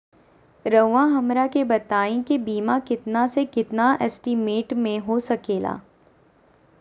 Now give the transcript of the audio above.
रहुआ हमरा के बताइए के बीमा कितना से कितना एस्टीमेट में हो सके ला?